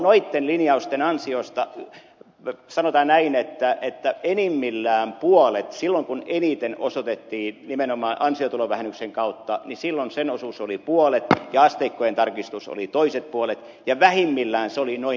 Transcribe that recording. noitten linjausten ansiosta sanotaan näin sen osuus oli enimmillään puolet silloin kun eniten osoitettiin nimenomaan ansiotulovähennyksen kautta silloin sen osuus oli puolet ja asteikkojen tarkistuksen osuus oli puolet ja vähimmillään se oli noin neljäsosa